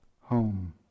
home